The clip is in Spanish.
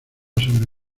sobre